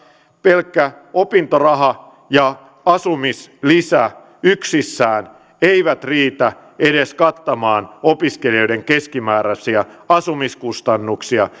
pelkkä opintoraha ja asumislisä yksissään eivät riitä edes kattamaan opiskelijoiden keskimääräisiä asumiskustannuksia